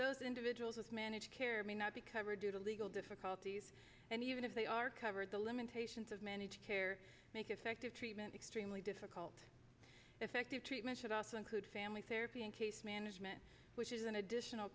those individuals with managed care may not be covered due to legal difficulties and even if they are covered the limitations of managed care make effective treatment extremely difficult effective treatment should also include family therapy and case management which is an additional